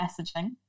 messaging